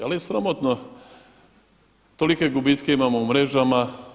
Ali je sramotno tolike gubitke imamo u mrežama.